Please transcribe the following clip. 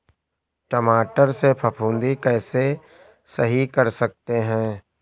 टमाटर से फफूंदी कैसे सही कर सकते हैं?